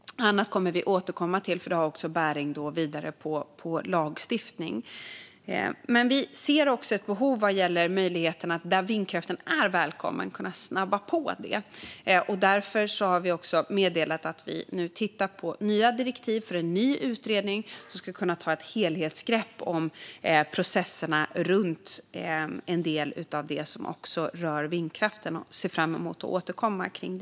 Annat kommer vi att återkomma till, för det har bäring också på lagstiftning. Vi ser ett behov när det gäller möjligheterna att snabba på vindkraften där den är välkommen. Därför har vi meddelat att vi tittar på nya direktiv för en ny utredning som ska kunna ta ett helhetsgrepp om processerna runt en del av det som rör vindkraften. Vi ser fram emot att återkomma om det.